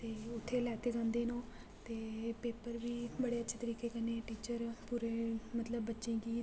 ते उत्थै लैते जंदे न ओह् ते पेपर बी बड़े अच्छे तरीके कन्ने टीचर पुरे मतलब बच्चें गी